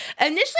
Initially